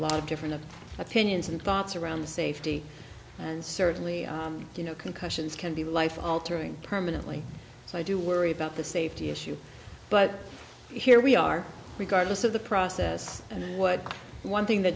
lot of different opinions and thoughts around safety and certainly you know concussions can be life altering permanently so i do worry about the safety issue but here we are we guard less of the process and what one thing th